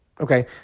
Okay